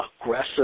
aggressive